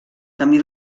camí